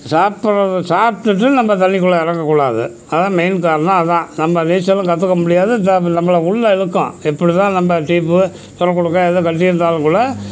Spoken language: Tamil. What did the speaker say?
சாப்பிடறது சாப்பிட்டுட்டு நம்ம தண்ணிக்குள்ளே இறங்கக்கூடாது அதான் மெயின் காரணம் அதான் நம்ம நீீச்சலும் கற்றுக்க முடியாது நம்மள உள்ளே இழுக்கும் எப்படி தான் நம்ம டியூப்பு சுரக் குடுக்க எதுவும் கட்டியிருந்தாலும் கூட